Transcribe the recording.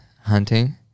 hunting